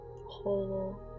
Whole